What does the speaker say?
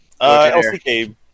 LCK